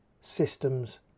systems